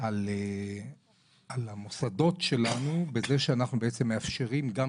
על המוסדות שלנו בזה שאנחנו בעצם מאפשרים גם